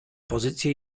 pozycję